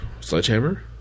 Sledgehammer